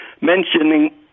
mentioning